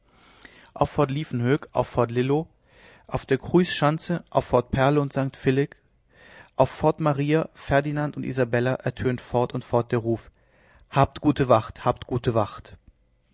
auf fort liefkenhoek auf fort lillo auf der cruysschanze auf fort perle und sankt philipp auf fort maria ferdinand und isabella ertönt fort und fort der ruf habt gute wacht habt gute wacht